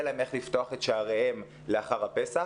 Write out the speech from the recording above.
להם איך לפתוח את שעריהם אחרי הפסח,